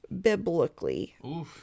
biblically